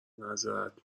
معذرت